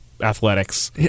athletics